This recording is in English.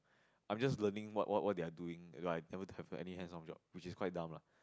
I'm just learning what what what they are doing it's like never to have any hands on job which is quite dumb lah